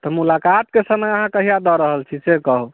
तऽ मुलाकातके समय अहाँ कहिया दऽ रहल छी से कहु